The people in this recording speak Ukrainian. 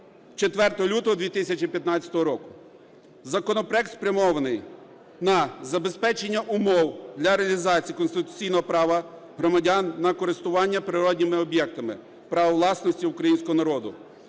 4 лютого 2015 року. Законопроект спрямований на забезпечення умов для реалізації конституційного права громадян на користування природніми об'єктами – право власності українського народу;